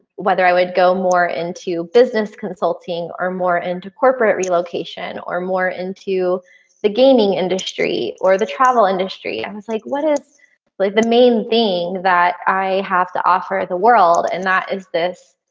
whether i would go more into business consulting or more into corporate relocation or more into the gaming industry or the travel industry. i was like what is like the main thing that i have to offer the world and that is this,